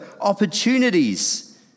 opportunities